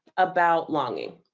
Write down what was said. about longing.